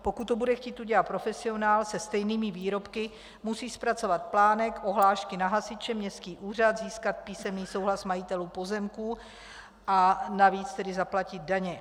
Pokud to bude chtít udělat profesionál se stejnými výrobky, musí zpracovat plánek, ohlášky na hasiče, městský úřad, získat písemný souhlas majitelů pozemků a navíc zaplatit daně.